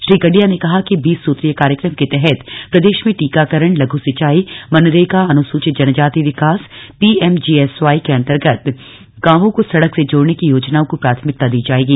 श्री गडिया के कहा कि बीस सूत्रीय कार्यक्रम के तहत प्रदेश में टीकाकरण लघु सिचाई मनरेगा अनुसूचित जनजाति विकास पीएमजीएसवाई के अन्तर्गत गांवो को सड़क से जोडने की योजनाओं को प्राथमिकता दी जायेगी